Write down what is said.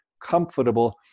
comfortable